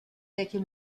vecchio